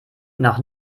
nach